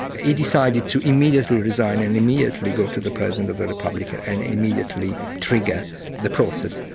he decided to immediately resign and immediately go to the president of the republic and and immediately trigger the process.